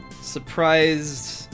Surprised